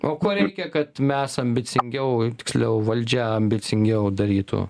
o ko reikia kad mes ambicingiau tiksliau valdžia ambicingiau darytų